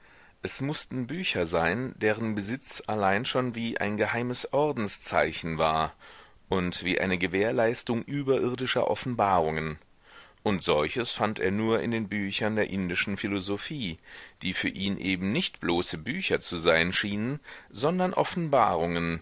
es mußten bücher sein deren besitz allein schon wie ein geheimes ordenszeichen war und wie eine gewährleistung überirdischer offenbarungen und solches fand er nur in den büchern der indischen philosophie die für ihn eben nicht bloße bücher zu sein schienen sondern offenbarungen